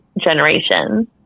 generations